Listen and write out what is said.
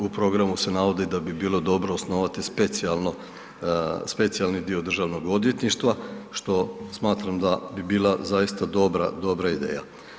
U programu se navodi da bi bilo dobro osnovati specijalni dio državnog odvjetništva što smatram da bi bila zaista dobra ideja.